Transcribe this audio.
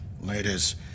ladies